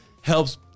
helps